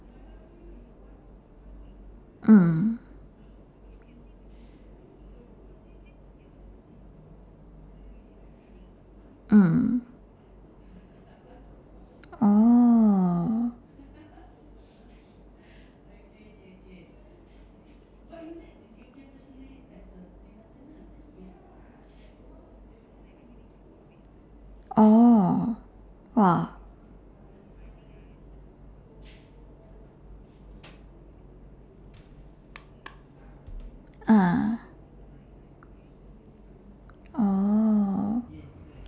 mm mm oh oh !wah! ah oh